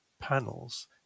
panels